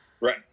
Right